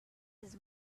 his